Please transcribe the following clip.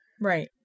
Right